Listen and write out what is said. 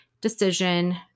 decision